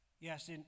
Yes